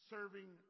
serving